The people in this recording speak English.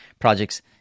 projects